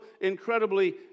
incredibly